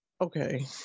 Okay